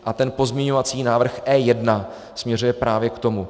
A ten pozměňovací návrh E1 směřuje právě k tomu.